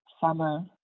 summer